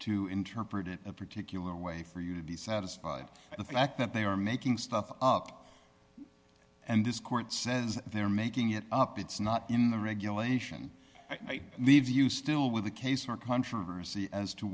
to interpret it a particular way for you to be satisfied and the fact that they are making stuff up and this court says they're making it up it's not in the regulation leaves you still with a case or controversy as to